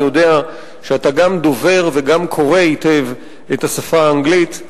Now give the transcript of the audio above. אני יודע שאתה גם דובר וגם קורא היטב את השפה האנגלית,